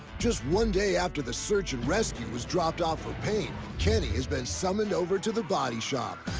just one day after the search and rescue was dropped off for paint, kenny has been summoned over to the body shop.